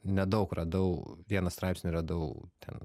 nedaug radau vieną straipsnį radau ten